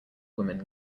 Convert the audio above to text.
woman